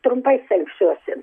trumpai stengsiuosi